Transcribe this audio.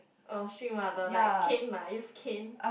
a strict mother like cane ah use cane